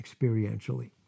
experientially